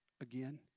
again